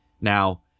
now